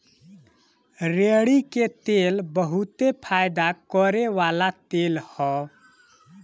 रेड़ी के तेल बहुते फयदा करेवाला तेल ह